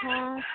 ହଁ